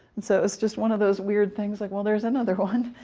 and so it's just one of those weird things, like well there's another one.